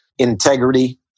Integrity